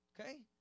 okay